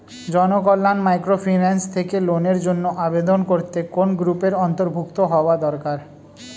Janakalyan microfinance থেকে লোনের জন্য আবেদন করতে কোন গ্রুপের অন্তর্ভুক্ত হওয়া দরকার?